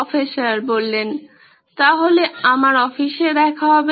professor তাহলে আমার অফিসে দেখা হবে